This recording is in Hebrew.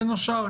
בין השאר,